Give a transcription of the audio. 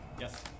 Yes